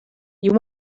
you